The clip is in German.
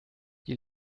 die